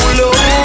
low